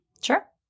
Sure